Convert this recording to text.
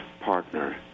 partner